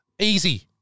Easy